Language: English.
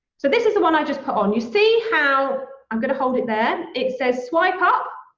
so this is the one i've just put on. you see how i'm gonna hold it there, it says swipe up,